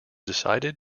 decided